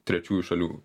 trečiųjų šalių